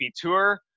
Tour